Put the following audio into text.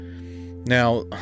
Now